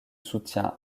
soutien